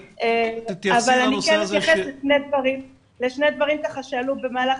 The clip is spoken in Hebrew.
אבל אני כן אתייחס לשני דברים שעלו במהלך